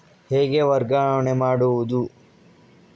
ಹೇಗೆ ವರ್ಗಾವಣೆ ಮಾಡುದು?